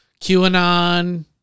QAnon